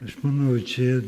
aš manau čia